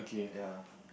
ya